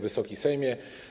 Wysoki Sejmie!